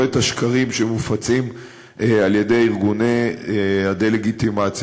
את השקרים שמופצים על-ידי ארגוני הדה-לגיטימציה.